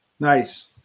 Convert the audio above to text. Nice